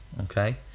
Okay